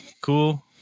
Cool